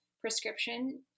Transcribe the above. prescription